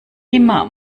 immer